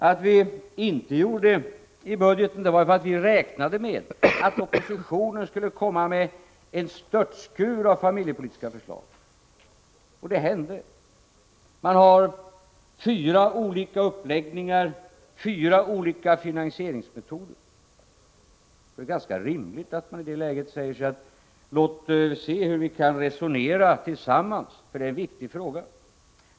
Att vi inte lade fram några sådana förslag i budgeten berodde på att vi räknade med att oppositionen skulle komma med en störtskur av familjepolitiska förslag, och det hände. Man har fyra olika uppläggningar och fyra olika finansieringsmetoder. Det är väl ganska rimligt att man i det läget säger sig: Låt se hur vi kan resonera tillsammans! Det är en viktig fråga.